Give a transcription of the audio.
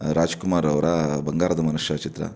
ರಾಜ್ಕುಮಾರ್ ಅವರ ಬಂಗಾರದ ಮನುಷ್ಯ ಚಿತ್ರ